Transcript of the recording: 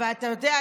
ואתה יודע,